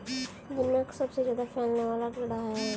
दीमक सबसे ज्यादा फैलने वाला कीड़ा है